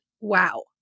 Wow